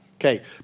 Okay